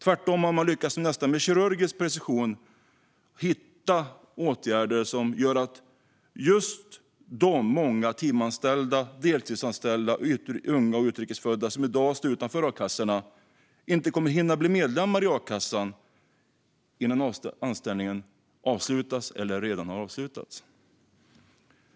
Tvärtom har man med närmast kirurgisk precision lyckats hitta åtgärder som gör att just de många timanställda, deltidsanställda, unga och utrikes födda som i dag står utanför a-kassorna inte kommer att hinna bli medlemmar i a-kassan innan anställningen avslutas, om den inte redan har avslutats.